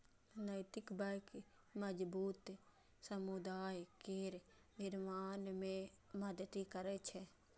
नैतिक बैंक मजबूत समुदाय केर निर्माण मे मदति करै छै